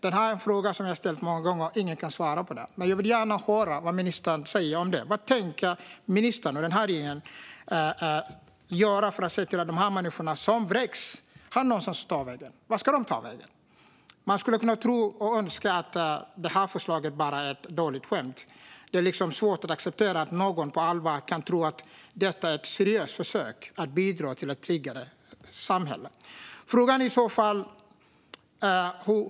Den frågan har jag ställt många gånger, men ingen kan svara på den. Jag vill gärna höra vad ministern säger om det. Vad tänker ministern och regeringen göra för att se till att de människor som vräks har någonstans att ta vägen? Man skulle kunna tro, och önska, att det här förslaget bara är ett dåligt skämt. Det är liksom svårt att acceptera att någon på allvar kan tro att detta är ett seriöst försök att bidra till ett tryggare samhälle.